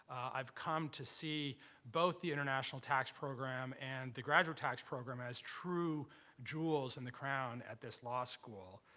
i've come to see both the international tax program and the graduate tax program as true jewels in the crown at this law school,